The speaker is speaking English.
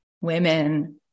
women